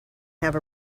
have